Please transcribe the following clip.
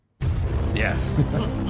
Yes